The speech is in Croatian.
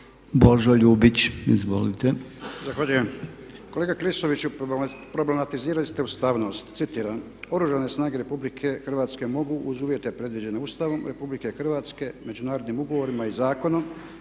**Ljubić, Božo (HDZ)** Zahvaljujem. Kolega Klisović problematizirali ste ustavnost, citiram: "Oružane snage Republike Hrvatske mogu uz uvjete predviđene Ustavom Republike Hrvatske međunarodnim ugovorima i zakonom